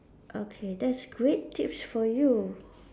okay that's great tips for you